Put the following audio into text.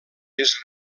més